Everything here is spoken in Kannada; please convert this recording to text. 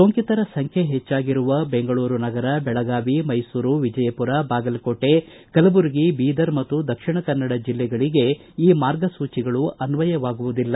ಸೋಂಕಿತರ ಸಂಖ್ಯೆ ಹೆಚ್ಚಾಗಿರುವ ಬೆಂಗಳೂರು ನಗರ ಬೆಳಗಾವಿ ಮೈಸೂರು ವಿಜಯಪುರ ಬಾಗಲಕೋಟೆ ಕಲಬುರಗಿ ಬೀದರ್ ಮತ್ತು ದಕ್ಷಿಣ ಕನ್ನಡ ಜಿಲ್ಲೆಗಳಿಗೆ ಈ ಮಾರ್ಗಸೂಚಿಗಳು ಅನ್ವಯವಾಗುವುದಿಲ್ಲ